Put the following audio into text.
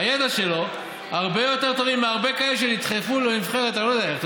הידע שלו הרבה יותר טובים מהרבה כאלה שנדחפו לנבחרת אני לא יודע איך.